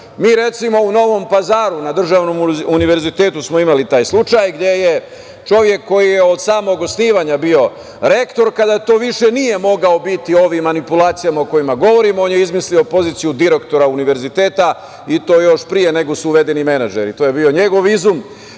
recimo, u Novom Pazaru na državnom univerzitetu smo imali taj slučaj gde je čovek koji je od samog osnivanja bio rektor, kada to više nije mogao biti, ovim manipulacijama o kojima govorim, on je izmislio poziciju direktora univerziteta, i to još pre nego što su uvedeni menadžeri. To je bio njegov izum